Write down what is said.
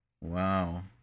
Wow